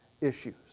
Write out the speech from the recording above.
issues